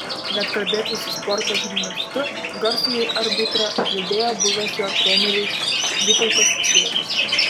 net kalbėtis su sporto žurnalistu garsųjį arbitrą atlydėjo buvęs jo treneris vytautas čiegis